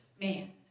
man